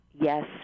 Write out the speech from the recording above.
yes